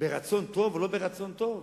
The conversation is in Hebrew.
ברצון טוב או לא ברצון טוב,